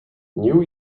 new